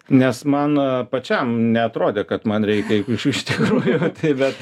nes man pačiam neatrodė kad man reikia iš iš tikrųjų va tai bet